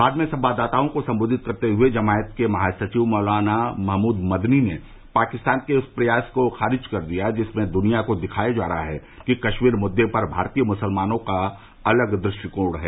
बाद में संवाददातओं को सम्बोधित करते हए जमायत के महासचिव मौलाना महमूद मदनी ने पाकिस्तान के उस प्रयास को खारिज कर दिया जिसमें दुनिया को दिखाया जा रहा है कि कश्मीर मुद्दे पर भारतीय मुसलमानों का अलग दृष्टिकोण है